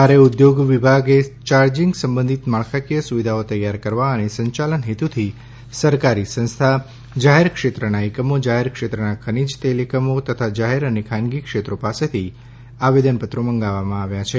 ભારે ઉદ્યોગ વિભાગે યાર્જિંગ સંબંધિત માળખાકીય સુવિધા તૈયાર કરવા અને સંચાલન હેતુથી સરકારી સંસ્થા જાહેર ક્ષેત્રના એકમો જાહેર ક્ષેત્રના ખનીજ તેલ એકમો તથા જાહેર અને ખાનગી ક્ષેત્રો પાસેથી આવેદન પત્રો મંગાવ્યા છે